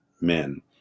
men